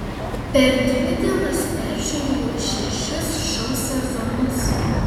per dvi dienas peržiūrėjau šešis šou sezonus